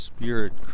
Spirit